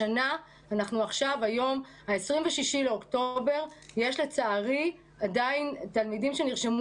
השנה אנחנו כבר ב-26 באוקטובר ולצערי יש עדיין תלמידים שנרשמו